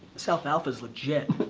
this alfalfa's legit.